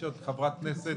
יש גם את חברת הכנסת